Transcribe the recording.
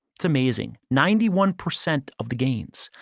it's amazing. ninety one percent of the gains.